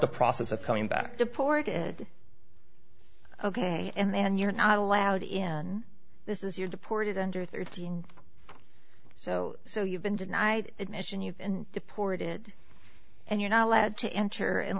the process of coming back to port is ok and then you're not allowed in this is your deported under thirteen so so you've been denied admission you've been deported and you're not allowed to enter and